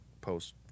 post